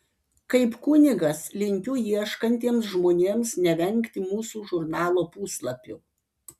kaip kunigas linkiu ieškantiems žmonėms nevengti mūsų žurnalo puslapių